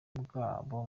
bwabo